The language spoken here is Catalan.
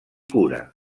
cura